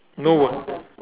no word